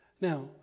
Now